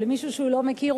או למישהו שהוא לא מכיר,